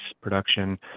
production